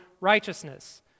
righteousness